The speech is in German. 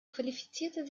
qualifizierte